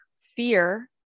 fear